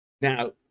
Now